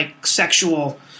sexual